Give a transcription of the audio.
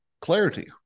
Clarity